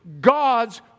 God's